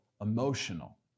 emotional